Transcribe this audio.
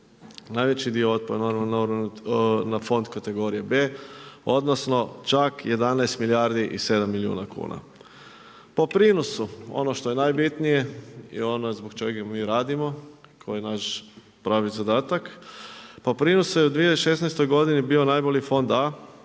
Najveći dio otpada na fond kategorije B, odnosno čak 11 milijardi i 7 milijuna kuna. Po prinosu, ono što je najbitnije je ono i zbog čega mi radimo, koji je naš pravi zadatak, pa po prinosima u 2016. godini bio najbolji fond A,